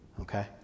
Okay